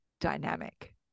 dynamic